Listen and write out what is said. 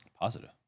Positive